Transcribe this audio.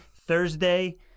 Thursday